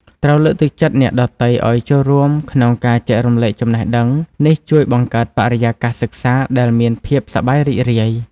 ត្រូវលើកទឹកចិត្តអ្នកដទៃឲ្យចូលរួមក្នុងការចែករំលែកចំណេះដឹង។ នេះជួយបង្កើតបរិយាកាសសិក្សាដែលមានភាពសប្បាយរីករាយ។